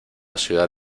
ciudad